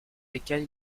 lesquels